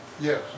Yes